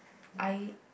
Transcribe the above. I